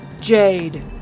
Jade